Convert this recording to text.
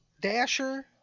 Dasher